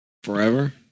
Forever